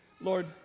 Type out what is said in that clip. Lord